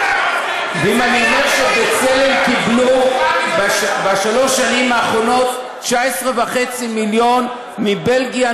אם אני אומר ש"בצלם" קיבלו בשלוש השנים האחרונות 19.5 מיליון מבלגיה,